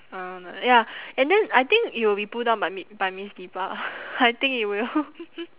uh ya and then I think it will be pull down by mi~ by miss dipa I think it will